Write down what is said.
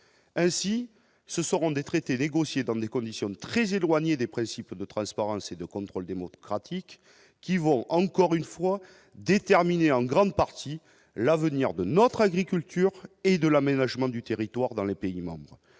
ainsi ce seront des traités négociés dans des conditions de très éloignée des principes de traces par un c'est de contrôle démocratique qui vont encore une fois déterminée en grande partie l'avenir de notre agriculture et de l'aménagement du territoire, dans les pays membres,